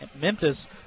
Memphis